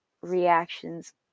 reactions